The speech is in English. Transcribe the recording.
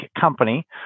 company